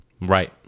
Right